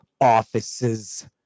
offices